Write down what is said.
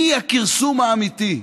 היא הכרסום האמיתי.